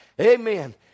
Amen